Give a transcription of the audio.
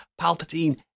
Palpatine